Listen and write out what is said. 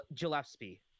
Gillespie